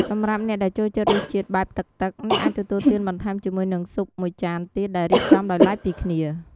សម្រាប់អ្នកដែលចូលចិត្តរសជាតិបែបទឹកៗ អ្នកអាចទទួលទានបន្ថែមជាមួយនឹងស៊ុបមួយចានទៀតដែលរៀបចំដោយឡែកពីគ្នា។